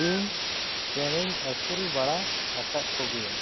ᱤᱧ ᱪᱮᱬᱮᱧ ᱟᱹᱥᱩᱞ ᱵᱟᱲᱟ ᱟᱠᱟᱫ ᱠᱚᱜᱮᱭᱟ